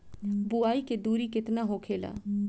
बुआई के दूरी केतना होखेला?